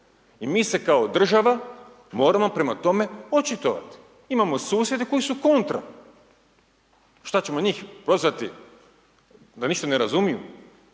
i mi se kao država moramo prema tome očitovati. Imamo susjede koji su kontra. Šta ćemo njih prozvati da ništa ne razumiju?